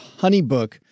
HoneyBook